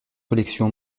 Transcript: collection